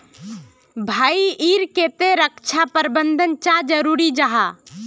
भाई ईर केते रक्षा प्रबंधन चाँ जरूरी जाहा?